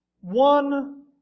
One